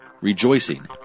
rejoicing